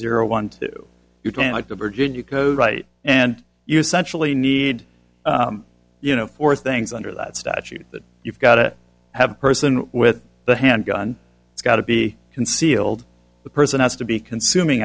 zero one two you can like to virginia right and you centrally need you know four things under that statute that you've got to have a person with a handgun it's got to be concealed the person has to be consuming